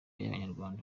y’abanyarwanda